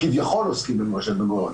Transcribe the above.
כביכול עוסקים במורשת בן-גוריון.